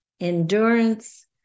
Endurance